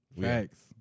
Facts